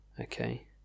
okay